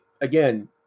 again